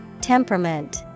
Temperament